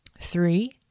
Three